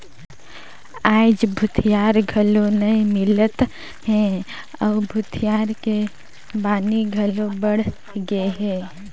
आयज भूथिहार घलो नइ मिलत हे अउ भूथिहार के बनी घलो बड़ गेहे